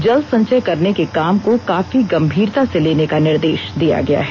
जल संचय करने के काम को काफी गंभीरता से लेने का निर्देष दिया गया है